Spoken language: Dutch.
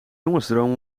jongensdroom